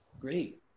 Great